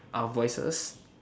our voices